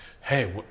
hey